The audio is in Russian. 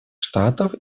штатов